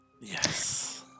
Yes